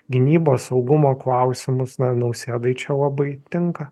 gynybos saugumo klausimus na nausėdai čia labai tinka